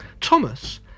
Thomas